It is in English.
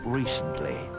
recently